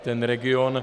Ten region...